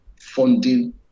funding